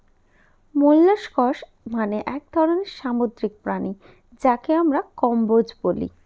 molluscs মানে এক ধরনের সামুদ্রিক প্রাণী যাকে আমরা কম্বোজ বলি